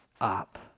up